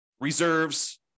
reserves